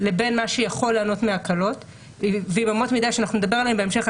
לבין מה שיכול ליהנות מהקלות ועם אמות מידה שנדבר עליהן בהמשך.